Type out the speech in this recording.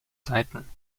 saiten